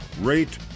rate